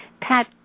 Pat